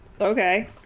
Okay